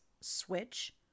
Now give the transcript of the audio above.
switch